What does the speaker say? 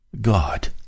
God